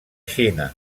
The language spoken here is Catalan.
xina